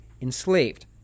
enslaved